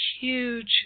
huge